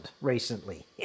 recently